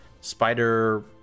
spider